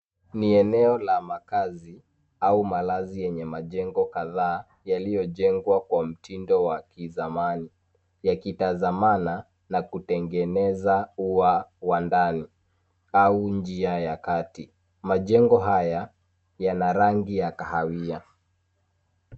Ni eneo la makazi au malazi yenye majengo kadhaa yaliyo jengwa kwa mtindo wa kizamani , yakitazamana na kutengeneza ua wa ndani au njia ya kati . Majengo haya yana rangi ya kahawia .